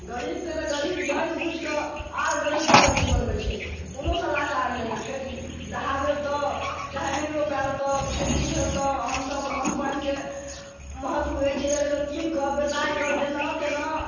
गरीबके तऽ गरीब जानि बुझिके आर गरीबके गरीब बनबै छै कोनो सलाहकार नहि खेत दहा गेल तऽ चाहे नहि रोपायल तऽ खेती भेल तऽ हम सभ अन्न पानिके महत्व बुझै छियै एहि लऽ कऽ कि किनके बेसायके जेना तेना